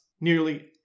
nearly